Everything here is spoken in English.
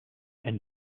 and